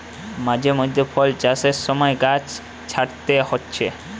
মাঝে মধ্যে ফল চাষের সময় গাছ ছাঁটতে হচ্ছে